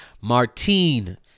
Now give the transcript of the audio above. Martine